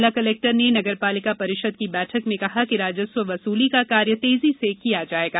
जिला कलेक्टर ने नगरपालिका परिषद की बैठक में कहा कि राजस्व वसूली का कार्य तेजी से किया जाएगा